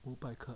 五百克